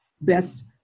best